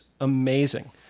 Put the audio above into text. amazing